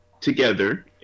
together